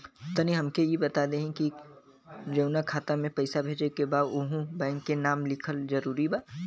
तनि हमके ई बता देही की जऊना खाता मे पैसा भेजे के बा ओहुँ बैंक के नाम लिखल जरूरी बा?